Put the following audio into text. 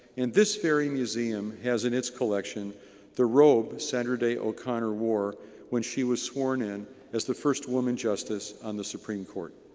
and this very museum has in its collection the robe sandra day o'conner wore when she was sworn in as the first woman justice on the supreme court.